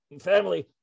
Family